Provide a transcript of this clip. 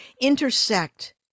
intersect